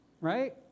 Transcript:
right